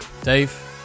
Dave